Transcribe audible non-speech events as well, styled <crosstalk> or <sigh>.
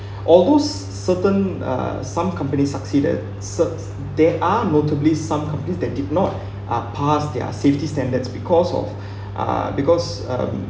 although certain uh some companies succeed that certs there are notably some I believe that did not <breath> uh pass their safety standards because of <breath> uh because um